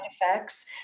effects